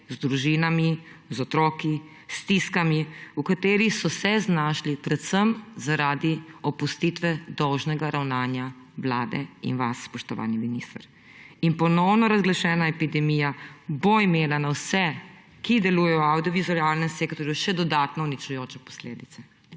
z družinami, otroki, s stiskami, v katerih so se znašli predvsem zaradi opustitve dolžnega ravnanja Vlade in vas, spoštovani minister. In ponovno razglašena epidemija bo imela na vse, ki delujejo v avdiovizualnem sektorju, še dodatno uničujoče posledice.